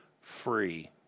free